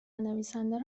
نویسنده